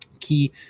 key